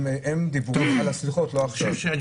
הם דיברו על הסליחות, לא עכשיו.